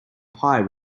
pie